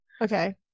okay